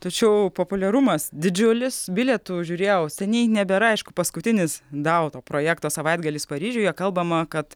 tačiau populiarumas didžiulis bilietų žiūrėjau seniai nebėra aišku paskutinis dau to projekto savaitgalis paryžiuje kalbama kad